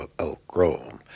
outgrown